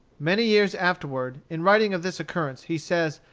many years afterward, in writing of this occurrence, he says,